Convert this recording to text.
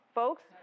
folks